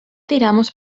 tiramos